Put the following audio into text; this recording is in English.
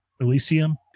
Elysium